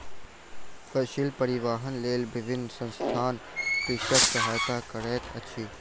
फसिल परिवाहनक लेल विभिन्न संसथान कृषकक सहायता करैत अछि